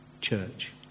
church